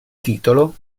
titolo